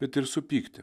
bet ir supykti